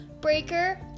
Breaker